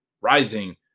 rising